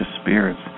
spirits